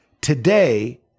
today